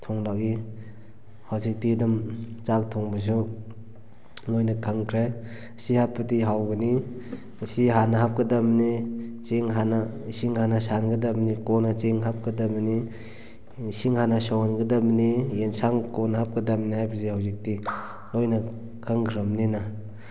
ꯊꯣꯡꯂꯛꯏ ꯍꯧꯖꯤꯛꯇꯤ ꯑꯗꯨꯝ ꯆꯥꯛ ꯊꯣꯡꯕꯁꯨ ꯂꯣꯏꯅ ꯈꯪꯈ꯭ꯔꯦ ꯁꯤ ꯍꯥꯞꯄꯗꯤ ꯍꯥꯎꯒꯅꯤ ꯃꯁꯤ ꯍꯥꯟꯅ ꯍꯥꯞꯀꯗꯕꯅꯤ ꯆꯦꯡ ꯍꯥꯟꯅ ꯏꯁꯤꯡ ꯍꯥꯟꯅ ꯁꯥꯍꯟꯒꯗꯕꯅꯤ ꯀꯣꯟꯅ ꯆꯦꯡ ꯍꯥꯞꯀꯗꯕꯅꯤ ꯏꯁꯤꯡ ꯍꯥꯟꯅ ꯁꯧꯍꯟꯒꯗꯕꯅꯤ ꯌꯦꯟꯁꯥꯡ ꯀꯣꯟꯅ ꯍꯥꯞꯀꯗꯕꯅꯤ ꯍꯥꯏꯕꯁꯦ ꯍꯧꯖꯤꯛꯇꯤ ꯂꯣꯏꯅ ꯈꯪꯈ꯭ꯔꯕꯅꯤꯅ